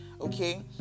okay